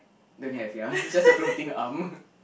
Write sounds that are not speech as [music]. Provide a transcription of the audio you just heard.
don't have ya [laughs] it's just a floating arm [laughs]